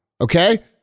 Okay